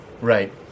right